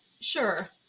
sure